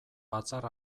batzar